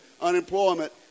unemployment